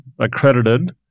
accredited